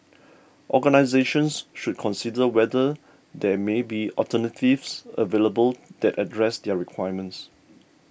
organisations should consider whether there may be alternatives available that address their requirements